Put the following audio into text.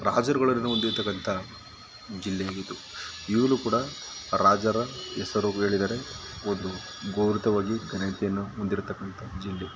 ರಾಜರುಗಳನ್ನು ಹೊಂದಿರ್ತಕ್ಕಂಥ ಜಿಲ್ಲೆಯಾಗಿದ್ದು ಈಗಲೂ ಕೂಡ ರಾಜರ ಹೆಸರು ಹೇಳಿದ್ದಾರೆ ಒಂದು ಗೌರವಯುತವಾಗಿ ಘನತೆಯನ್ನು ಹೊಂದಿರ್ತಕ್ಕಂಥ ಜಿಲ್ಲೆ